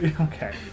Okay